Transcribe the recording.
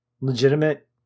legitimate